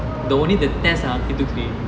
the only the test ah he took three a